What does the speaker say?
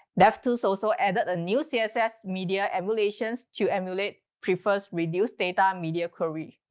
devtools also added a new css media emulations to emulate prefers-reduced-data um media query.